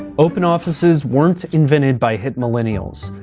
open offices weren't invented by hip millennials.